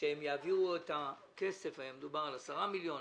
שהם יעבירו לכך את הכסף - היה מדובר על 10 מיליון,